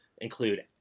include